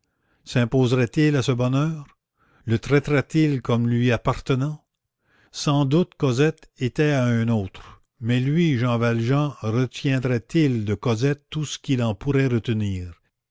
valjean simposerait il à ce bonheur le traiterait il comme lui appartenant sans doute cosette était à un autre mais lui jean valjean retiendrait il de cosette tout ce qu'il en pourrait retenir